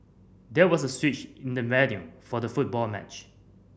there was a switch in the venue for the football match